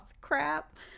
crap